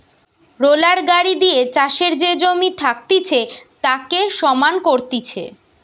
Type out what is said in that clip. roller গাড়ি দিয়ে চাষের যে জমি থাকতিছে তাকে সমান করতিছে